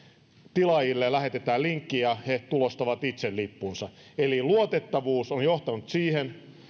tilaajille lähetetään linkki ja he tulostavat itse lippunsa eli luotettavuus on johtanut siihen